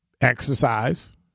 exercise